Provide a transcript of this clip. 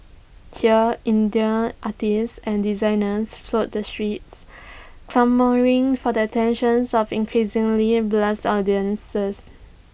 here indie artists and designers flood the streets clamouring for the attention of increasingly blase audiences